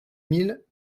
mille